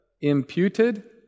imputed